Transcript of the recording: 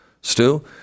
Stu